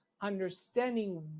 understanding